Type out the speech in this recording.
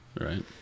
Right